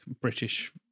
British